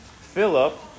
Philip